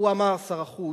הוא אמר, שר החוץ,